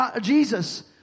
Jesus